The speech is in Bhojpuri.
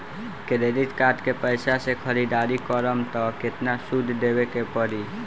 क्रेडिट कार्ड के पैसा से ख़रीदारी करम त केतना सूद देवे के पड़ी?